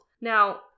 Now